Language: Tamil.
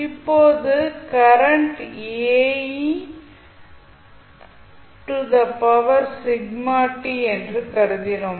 இப்போது கரண்ட் என்று கருதினோம்